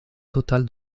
total